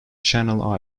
channel